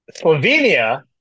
Slovenia